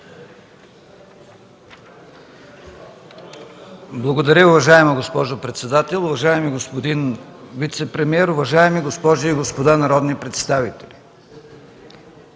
Благодаря, уважаема госпожо председател. Уважаеми господин вицепремиер, уважаеми госпожи и господа народни представители!